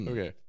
Okay